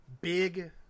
Big